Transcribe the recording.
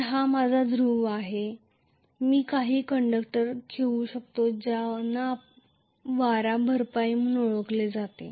तर हा माझा ध्रुव आहे मी काही कंडक्टर खेळू शकतो ज्यांना कॉम्पेन्सेटिंग विंडींग म्हणून ओळखले जाते